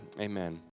amen